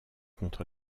contre